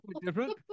different